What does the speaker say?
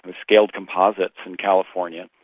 ah scaled composites in california.